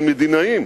של מדיניות,